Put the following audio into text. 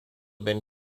been